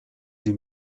این